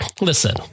listen